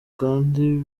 kandi